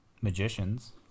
Magicians